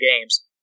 Games